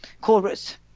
chorus